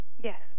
Yes